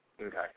Okay